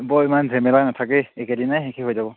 বৰ ইমান ঝেমেলা নাথাকেই একেদিনাই শেষ হৈ যাব